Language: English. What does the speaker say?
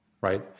right